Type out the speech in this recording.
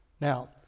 Now